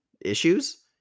issues